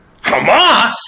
Hamas